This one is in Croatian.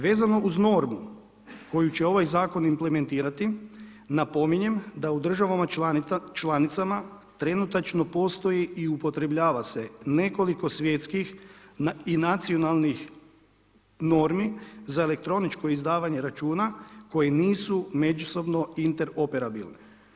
Vezano uz normu koju će ovaj zakon implementirati napominjem da u državama članicama trenutačno postoji i upotrebljava se nekoliko svjetskih i nacionalnih normi za elektroničko izdavanje računa koji nisu međusobno interoperabilni.